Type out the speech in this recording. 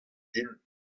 din